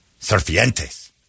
serpientes